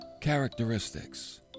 characteristics